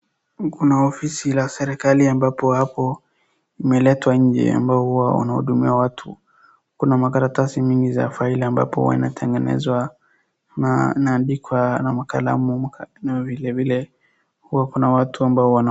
Kuna ofisi la serikali ambapo hapo imeletwan je ambao huwa wanahudumia watu. Kuna makaratasi mingi za faili ambapo huwa inatengenezwa na inaandikwa na makalamu na vilvile huwa kuna watu ambao wana.